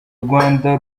rwanda